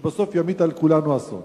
שבסוף ימיט על כולנו אסון?